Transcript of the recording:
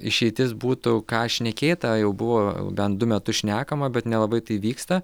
išeitis būtų ką šnekėta jau buvo bent du metus šnekama bet nelabai tai vyksta